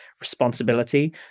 responsibility